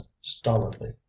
stolidly